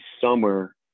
summer